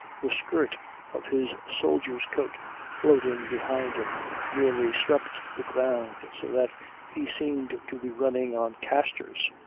the skirt of his soldier's coat floating behind him nearly swept the ground so that he seemed to be running on castors.